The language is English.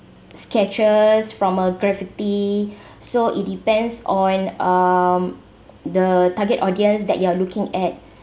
sketches from a graffiti so it depends on um the target audience that you're looking at